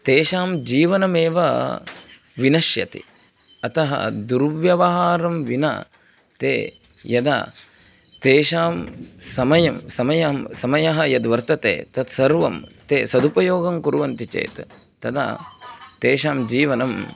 तेषां जीवनमेव विनश्यति अतः दुर्व्यवहारं विना ते यदा तेषां समयः समयः समयः यद्वर्तते तत्सर्वं ते सदुपयोगं कुर्वन्ति चेत् तदा तेषां जीवनम्